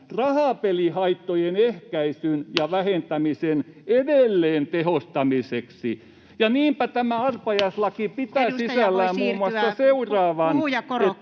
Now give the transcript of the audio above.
rahapelihaittojen ehkäisyn ja vähentämisen edelleen tehostamiseksi.” Niinpä tämä arpajaislaki... ...pitää sisällään muun muassa seuraavan,